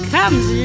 Comes